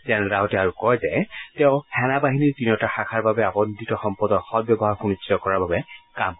general ৰাৱটে আৰু কয় যে তেওঁ সেনা বাহিনীৰ তিনিওটা শাখাৰ বাবে আবণ্টিত সম্পদৰ সদ্ ব্যৱহাৰ সুনিশ্চিত কৰাৰ বাবে কাম কৰিব